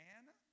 Anna